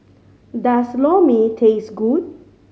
does Lor Mee taste good